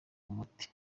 umuti